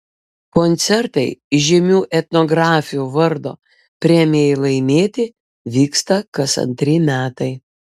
koncertai žymių etnografių vardo premijai laimėti vyksta kas antri metai